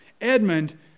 Edmund